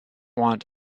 want